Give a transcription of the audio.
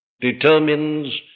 determines